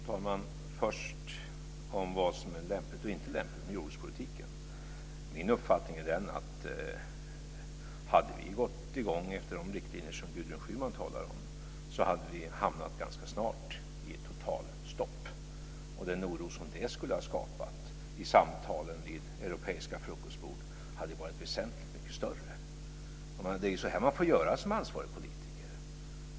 Fru talman! Först om vad som är lämpligt och inte lämpligt i jordbrukspolitiken: Om vi hade gått i gång efter de riktlinjer som Gudrun Schyman talar om hade vi ganska snart hamnat i ett totalstopp. Den oro som det skulle ha skapat vid europeiska frukostbord hade varit väsentligt mycket större. Det är så här man får göra som ansvarig politiker.